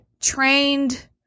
trained